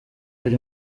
ari